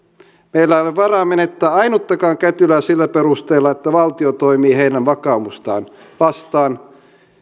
meillä ei ole varaa menettää ainuttakaan kätilöä sillä perusteella että valtio toimii heidän vakaumustaan vastaan